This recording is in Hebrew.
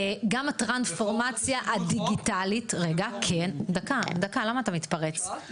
גם הטרנספורמציה הדיגיטלית --- הבאתי